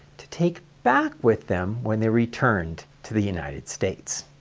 to take back with them when they returned to the united states.